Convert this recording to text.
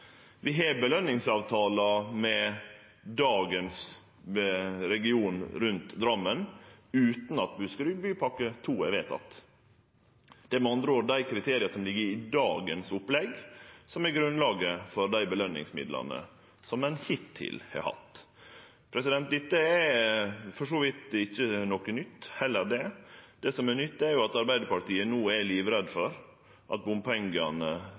Vi har påskjøningsavtaler med regionen av i dag rundt Drammen, utan at Buskerudbypakke 2 er vedteken. Det er med andre ord dei kriteria som ligg i opplegget av i dag, som er grunnlaget for dei påskjøningsmidlane som ein hittil har hatt. Heller ikkje dette er for så vidt noko nytt. Det som er nytt, er at Arbeidarpartiet no er livredde for at bompengane